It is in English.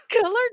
Color